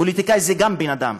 פוליטיקאי זה גם בן-אדם.